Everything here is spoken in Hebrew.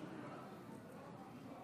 אדוני היושב-ראש,